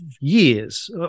years